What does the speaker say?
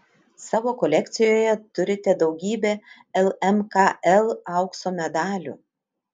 savo kolekcijoje turite daugybę lmkl aukso medalių